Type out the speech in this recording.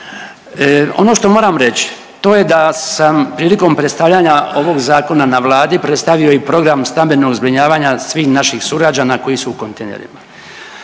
Ono što moram reći to je da sam prilikom predstavljanja ovog zakona na Vladi predstavio i Program stambenog zbrinjavanja svih naših sugrađana koji su u kontejnerima.